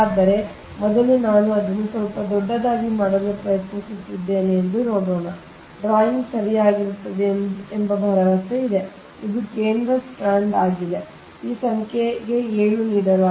ಆದರೆ ಮೊದಲು ನಾನು ಅದನ್ನು ಸ್ವಲ್ಪ ದೊಡ್ಡದಾಗಿ ಮಾಡಲು ಪ್ರಯತ್ನಿಸುತ್ತಿದ್ದೇನೆ ಎಂದು ನೋಡೋಣ ಡ್ರಾಯಿಂಗ್ ಸರಿಯಾಗಿರುತ್ತದೆ ಎಂಬ ಭರವಸೆ ಇದೆ ಇದು ಕೇಂದ್ರ ಸ್ಟ್ರಾಂಡ್ ಆಗಿದೆ ಈ ಸಂಖ್ಯೆಗೆ 7 ನೀಡಲಾಗಿದೆ